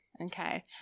Okay